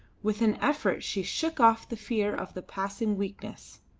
with an effort she shook off the fear of the passing weakness.